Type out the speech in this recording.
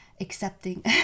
accepting